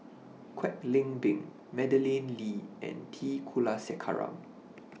Kwek Leng Beng Madeleine Lee and T Kulasekaram